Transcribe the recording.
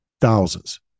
thousands